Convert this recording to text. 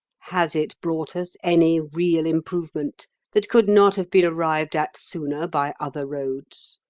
has it brought us any real improvement that could not have been arrived at sooner by other roads?